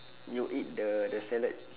you eat the the salad